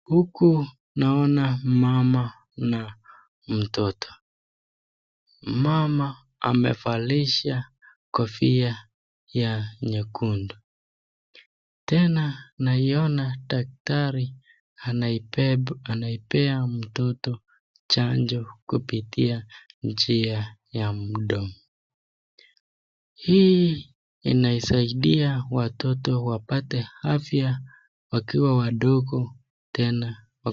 Huku naona mama na mtoto. Mama amevalisha kofia ya nyekundu tena naiona daktari anipea mtoto chanjo kupitia njia ya mdomo, hii inasaidia watoto waoate afya wakiwa wadogo.